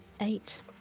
eight